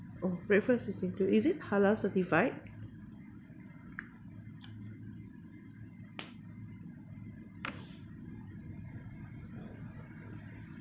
oh breakfast is include is it halal certified